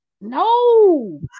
No